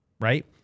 right